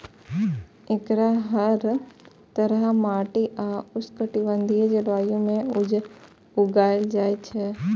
एकरा हर तरहक माटि आ उष्णकटिबंधीय जलवायु मे उगायल जाए छै